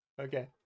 Okay